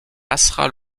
passera